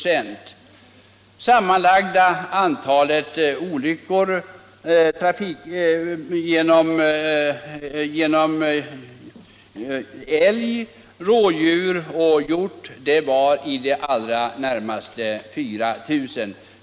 Det sammanlagda antalet olyckor orsakade av älg, rådjur och hjort var i det allra närmaste 4 000.